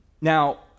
Now